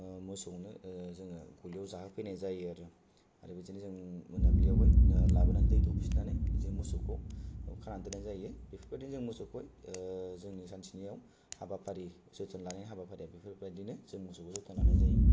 मोसौनो जोङो गलियाव जाहोफैनाय जायो आरो आरो बिदिनो जों मोनाब्लिआवहाय लाबोनानै दै दौफिननानै बिदिनो मोसौखौ खानानै दोननाय जायो बेफोरबादिनो जों मोसौखौ हाय जोंनि सानसेनियाव हाबाफारि जोथोन लानाय हाबाफारिया बेफोरबादिनो जों मोसौखौ जोथोन लानाय जायो